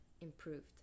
Improved